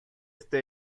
este